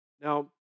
Now